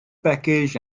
package